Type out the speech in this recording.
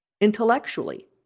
intellectually